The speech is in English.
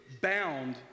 bound